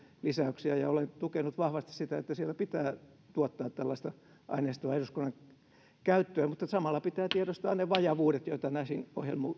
lisäyksiä ja olen tukenut vahvasti sitä että siellä pitää tuottaa tällaista aineistoa eduskunnan käyttöön mutta samalla pitää tiedostaa ne vajavuudet joita näihin